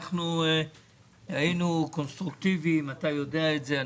אנחנו היינו קונסטרוקטיביים ואתה יודע את זה.